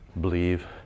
believe